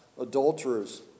adulterers